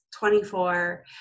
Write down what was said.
24